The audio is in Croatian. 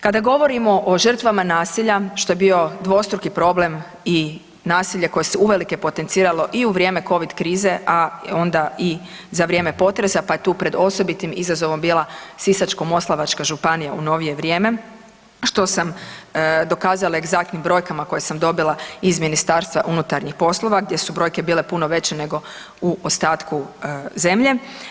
Kada govorimo o žrtvama nasilja što je bio dvostruki problem i nasilje koje se uvelike potenciralo i u vrijeme Covid krize, a onda i za vrijeme potresa pa je tu pred osobitim izazovom bila Sisačko-moslavačka županija u novije vrijeme što sam dokazala egzaktnim brojkama koje sam dobila iz MUP-a, gdje su brojke bile puno veće nego u ostatku zemlje.